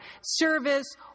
service